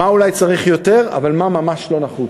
מה אולי צריך יותר, אבל ממש לא נחוץ?